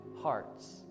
hearts